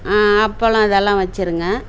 அப்பளம் இதெல்லாம் வச்சிருங்க